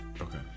Okay